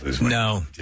No